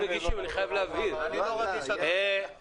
--- אני ממשיך בקריאה: מקום הגידול (א)לא